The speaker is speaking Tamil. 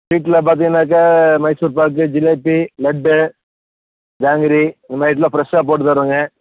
வீட்டில் பார்த்திங்கனாக்கா மைசூர்பாக்கு ஜிலேபி லட்டு ஜாங்கிரி இந்த மாதிரி எல்லாம் ஃப்ரெஷ்ஷாக போட்டு தர்றோம்ங்க